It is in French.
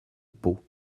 pau